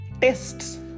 tests